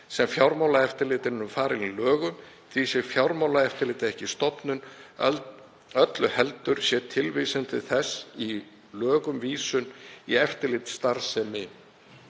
sem Fjármálaeftirlitinu eru falin í lögum. Því sé Fjármálaeftirlitið ekki stofnun, öllu heldur sé tilvísun til þess í lögum vísun til eftirlitsstarfsemi